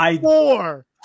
four